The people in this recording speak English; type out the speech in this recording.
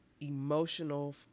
emotional